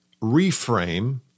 reframe